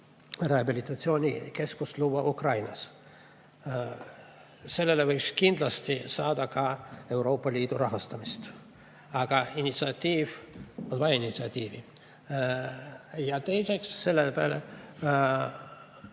rehabilitatsioonikeskust luua Ukrainas. Selleks võiks kindlasti saada ka Euroopa Liidu rahastust, aga on vaja initsiatiivi. Ja teiseks paluti selle